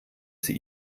sie